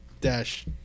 dash